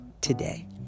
today